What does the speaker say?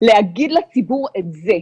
- להגיד לציבור את זה.